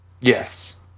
Yes